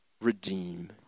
redeem